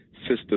sister